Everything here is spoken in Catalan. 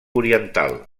oriental